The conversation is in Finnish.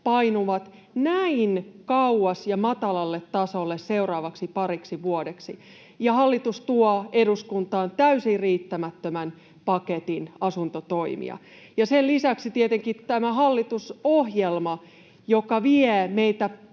painuvat näin kauas ja matalalle tasolle seuraavaksi pariksi vuodeksi, ja hallitus tuo eduskuntaan täysin riittämättömän paketin asuntotoimia. Sen lisäksi tietenkin tämä hallitusohjelma vie meitä